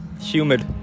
Humid